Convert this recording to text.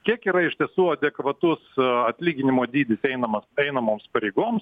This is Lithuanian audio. kiek yra iš tiesų adekvatus atlyginimo dydis einamas einamoms pareigoms